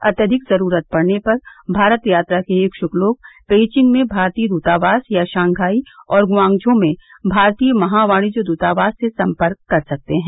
अत्याधिक जरूरत पड़ने पर भारत यात्रा के इच्छक लोग पेइचिंग में भारतीय दूतावास या शंघाई और गुआंगझो में भारतीय महावाणिज्य दूतावास से सम्पर्क कर सकते हैं